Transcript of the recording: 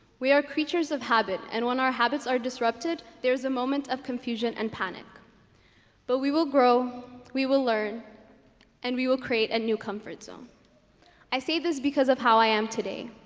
we are creatures of habit and when our habits are disrupted there is a moment of confusion and panic but we will grow we will learn and we will create a new comfort zone i say this because of how i am today.